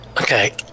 okay